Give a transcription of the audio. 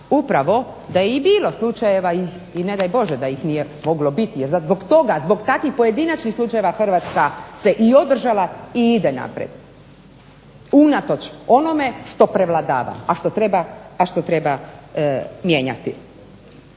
upravo da je i bilo slučajeva i ne daj Bože da ih nije moglo biti jer zbog toga, zbog takvih pojedinačnih slučajeva Hrvatska se i održala i ide naprijed, unatoč onome što prevladava, a što treba mijenjati.